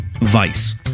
vice